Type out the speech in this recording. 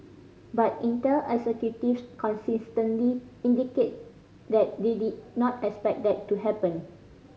but Intel executives consistently indicated that they did not expect that to happen